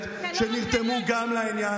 שניכם מדברים למיקרופון,